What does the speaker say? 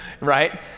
right